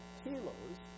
kilos